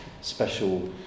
special